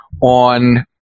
on